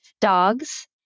dogs